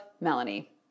Melanie